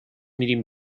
میریم